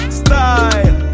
style